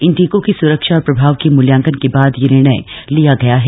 इन टीकों की सुरक्षा और प्रभाव के मुल्यांकन के बाद यह निर्णय लिया गया है